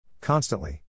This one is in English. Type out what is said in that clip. Constantly